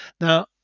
Now